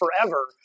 forever